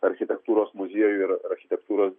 architektūros muziejų ir architektūros